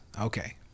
Okay